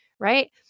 right